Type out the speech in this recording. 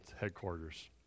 headquarters